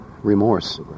remorse